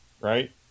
Right